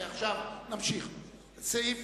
סעיף